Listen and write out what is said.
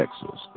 Texas